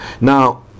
Now